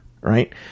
right